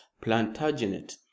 plantagenet